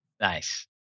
Nice